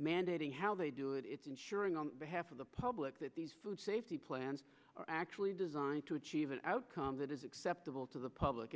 mandating how they do it it's ensuring on behalf of the public that these food safety plans are actually designed to achieve an outcome that is acceptable to the public